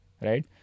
right